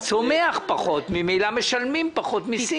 צומח פחות, ממילא משלמים פחות מסים.